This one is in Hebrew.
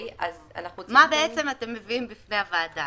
מה אתם מביאים בפני הוועדה?